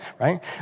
right